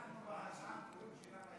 אנחנו בהצעת החוק שלנו,